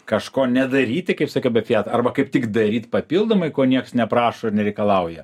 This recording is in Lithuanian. kažko nedaryti kaip sakiau apie fiat arba kaip tik daryt papildomai ko nieks neprašo ir nereikalauja